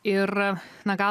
ir na gal